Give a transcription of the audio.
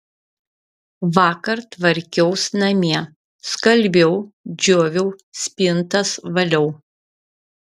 vakar tvarkiaus namie skalbiau džioviau spintas valiau